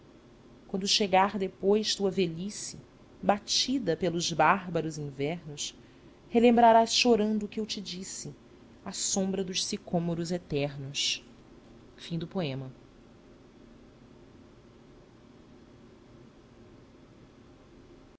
quando chegar depois tua velhice batida pelos bárbaros invernos relembrarás chorando o que eu te disse à sombra dos sicômoros eternos a